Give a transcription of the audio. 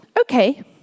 okay